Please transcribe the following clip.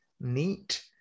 neat